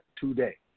today